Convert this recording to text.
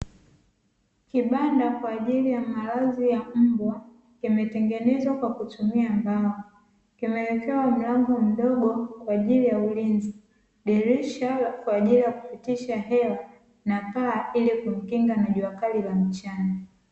Kibanda kwa ajili ya malazi ya mbwa kimetengenezwa kwa kutumia mbao kimewekewa mlango mdogo kwa ajilii ya ulinzi, dirisha kwa ajili ya kupitisha hewa na paa ili kumkinga na jua kali la mchana.